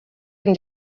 been